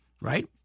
right